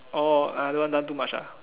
the other one done too much